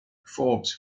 forbes